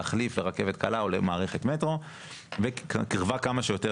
להחליף לרכבת קלה או למערכת מטרו וקרבה כמה שיותר